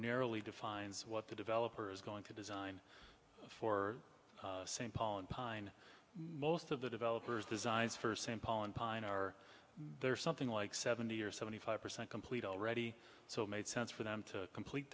narrowly defines what the developer is going to design for st paul and pine most of the developers designs for st paul and pine are there something like seventy or seventy five percent complete already so it made sense for them to complete